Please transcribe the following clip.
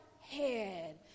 head